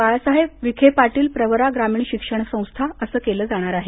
बाळासाहेब विखेपाटील प्रवरा ग्रामीण शिक्षण संस्था असं केलं जाणार आहे